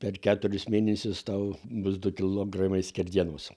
per keturis mėnesius tau bus du kilogramai skerdienos